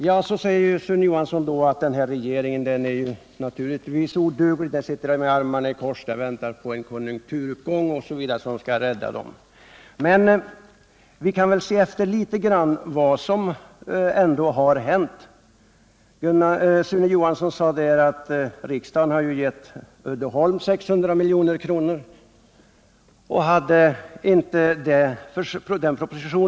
Sedan säger Sune Johansson att den nuvarande regeringen är oduglig, den sitter med armarna i kors och väntar på en konjunkturuppgång som skall rädda den. Men vi kan väl litet grand se efter vad som ändå har hänt. Sune Johansson sade att riksdagen har givit Uddeholm 600 milj.kr. Det är riktigt.